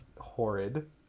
horrid